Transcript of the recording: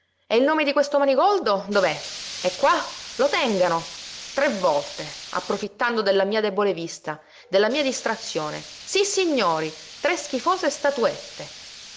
e il nome di questo manigoldo dov'è è qua lo tengano tre volte approfittando della mia debole vista della mia distrazione sissignori tre schifose statuette